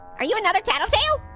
are you another tattletail?